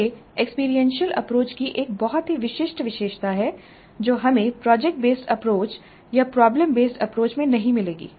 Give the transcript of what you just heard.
यह experiential approach की एक बहुत ही विशिष्ट विशेषता है जो हमें प्रोजेक्ट बेसड अप्रोच या प्रॉब्लम बेसड अप्रोच में नहीं मिलेगी